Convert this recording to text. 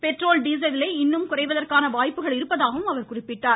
petrol diesel விலை இன்னும் குறைவதற்கான வாய்ப்பு இருப்பதாக அவர் குறிப்பிட்டார்